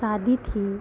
शादी थी